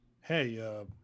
hey